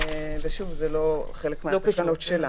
שוב, זה לא חלק מן התקנות שלנו.